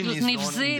לאור מסורת זו,